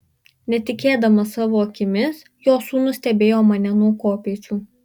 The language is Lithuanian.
netikėdamas savo akimis jo sūnus stebėjo mane nuo kopėčių